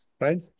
right